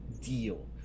deal